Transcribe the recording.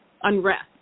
unrest